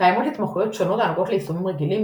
קיימות התמחויות שונות הנוגעות ליישומים רגילים,